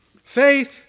Faith